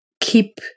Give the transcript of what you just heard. keep